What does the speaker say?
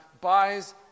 buys